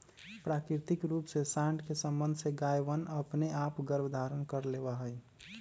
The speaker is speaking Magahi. प्राकृतिक रूप से साँड के सबंध से गायवनअपने आप गर्भधारण कर लेवा हई